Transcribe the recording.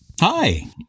hi